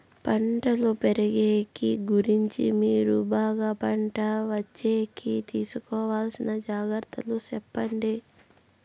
పంటలు పెరిగేకి గురించి మరియు బాగా పంట వచ్చేకి తీసుకోవాల్సిన జాగ్రత్త లు సెప్పండి?